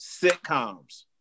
sitcoms